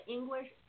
English